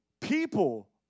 people